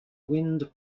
wind